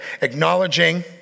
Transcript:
acknowledging